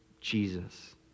Jesus